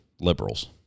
liberals